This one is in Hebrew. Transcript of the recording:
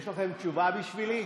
תשובה בשבילי?